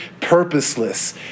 purposeless